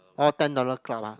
oh ten dollar club ah